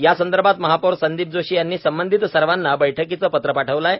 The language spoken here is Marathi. यासंदर्भात महापौर संदीप जोशी यांनी संबंधित सर्वांना बैठकीचे पत्र पाठविले आहे